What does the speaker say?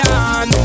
on